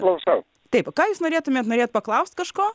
klausau taip ką jūs norėtumėt norėt paklaust kažko